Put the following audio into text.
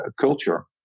culture